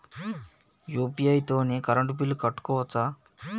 UPI తోని current bill కట్టుకోవచ్ఛా?